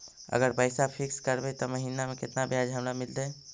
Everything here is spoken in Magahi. अगर पैसा फिक्स करबै त महिना मे केतना ब्याज हमरा मिलतै?